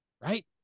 right